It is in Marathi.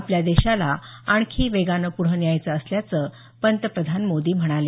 आपल्या देशाला आणखी वेगानं पूढं न्यायचं असल्याचं पंतप्रधान मोदी म्हणाले